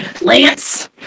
Lance